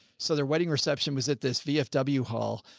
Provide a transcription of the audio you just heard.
so their wedding reception was at this vfw hall.